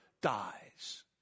dies